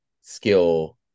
skill